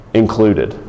included